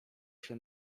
się